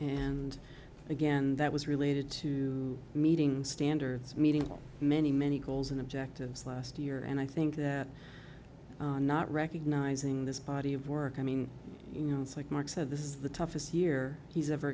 and again that was related to meeting standards meeting many many goals and objectives last year and i think that not recognizing this body of work i mean you know it's like marc said this is the toughest year he's ever